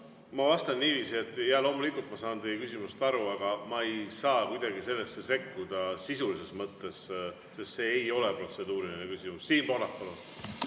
Ma vastan niiviisi, et jaa, loomulikult ma sain teie küsimusest aru, aga ma ei saa kuidagi sellesse sekkuda sisulises mõttes, sest see ei ole protseduuriline küsimus. Siim Pohlak, palun!